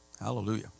Hallelujah